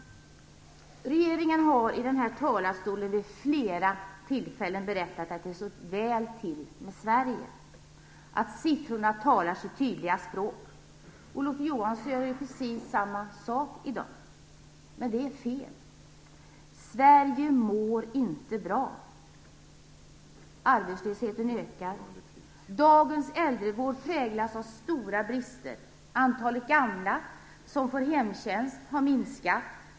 Regeringsföreträdare har från den här talarstolen vid flera tillfällen berättat att det står väl till med Sverige - att siffrorna talar sitt tydliga språk. Olof Johansson gör precis samma sak i dag. Men detta är fel. Sverige mår inte bra. Arbetslösheten ökar. Dagens äldrevård präglas av stora brister. Antalet gamla som får hemtjänst har minskat.